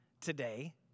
today